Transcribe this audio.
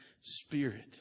spirit